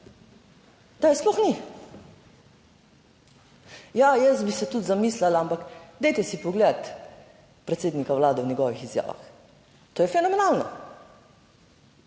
da je sploh ni. Ja, jaz bi se tudi zamislila, ampak dajte si pogledati predsednika Vlade v njegovih izjavah, to je fenomenalno.